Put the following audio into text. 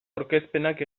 aurkezpenak